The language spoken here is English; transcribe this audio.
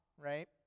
right